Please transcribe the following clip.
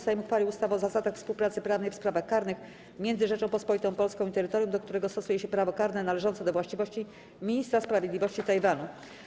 Sejm uchwalił ustawę o zasadach współpracy prawnej w sprawach karnych między Rzecząpospolitą Polską i terytorium, do którego stosuje się prawo karne należące do właściwości ministra sprawiedliwości Tajwanu.